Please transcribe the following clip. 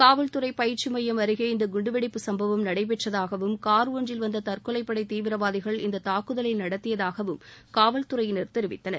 காவல்துறை பயிற்சி மையம் அருகே இந்த குண்டுவெடிப்பு சம்பவம் நடைபெற்றதாகவும் கார் ஒன்றில் வந்த தற்கொலைப்படை தீவிரவாதிகள் இந்த தாக்குதலை நடத்தியதாகவும் காவல் துறையினர் தெரிவித்தனர்